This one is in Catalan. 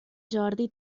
jordi